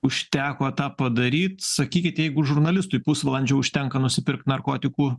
užteko tą padaryt sakykit jeigu žurnalistui pusvalandžio užtenka nusipirkt narkotikų